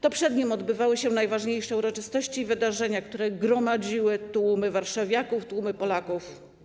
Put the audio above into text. To przed nim odbywały się najważniejsze uroczystości i wydarzenia, które gromadziły tłumy warszawiaków, tłumy Polaków.